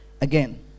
Again